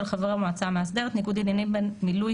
של חבר המועצה המאסדרת ניגוד עניינים בין מילוי